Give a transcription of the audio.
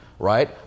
Right